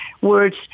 words